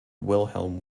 wilhelm